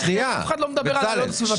אף אחד לא מדבר על העלויות הסביבתיות.